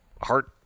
heart